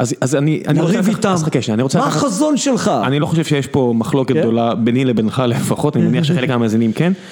אז אני רוצה להביא את המחזון שלך, אני לא חושב שיש פה מחלוקת גדולה ביני לבינך לפחות, אני מניח שחלק מהמאזינים כן.